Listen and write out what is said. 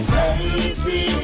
Crazy